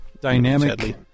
dynamic